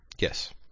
yes